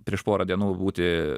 prieš porą dienų būti